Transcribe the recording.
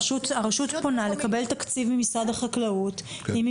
הרשות פונה לקבל תקציב ממשרד החקלאות אם היא